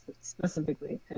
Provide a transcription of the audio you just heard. specifically